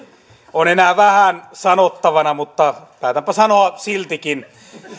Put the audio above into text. on enää vähän sanottavana mutta taidanpa sanoa siltikin